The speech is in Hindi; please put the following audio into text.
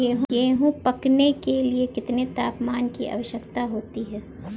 गेहूँ पकने के लिए कितने तापमान की आवश्यकता होती है?